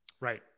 Right